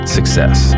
Success